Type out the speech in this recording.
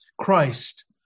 Christ